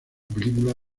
película